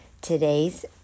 Today's